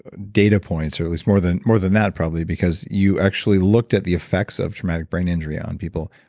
ah data points or at least more than more than that probably because you actually looked at the effects of traumatic brain injury on people.